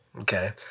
Okay